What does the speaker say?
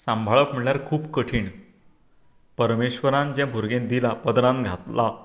सांबाळप म्हळ्यार खूब कठीण परमेश्वरान जे भुरगें दिला पदरांत घातलां